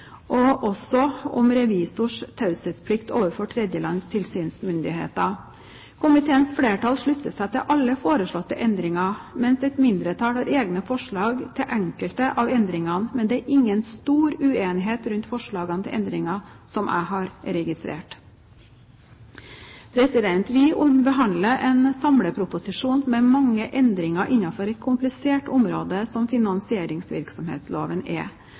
og også om revisors taushetsplikt overfor tredjelands tilsynsmyndigheter. Komiteens flertall slutter seg til alle foreslåtte endringer, mens et mindretall har egne forslag til enkelte av endringene. Men det er ingen stor uenighet rundt forslagene til endringer som jeg har registrert. Vi behandler en samleproposisjon med mange endringer innenfor et komplisert område som finansieringsvirksomhetsloven er.